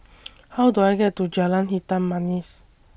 How Do I get to Jalan Hitam Manis